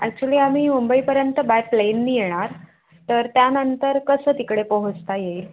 actually आम्ही मुंबईपर्यंत by प्लेनने येणार तर त्यानंतर कसं तिकडे पोहोचता येईल